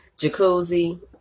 jacuzzi